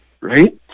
right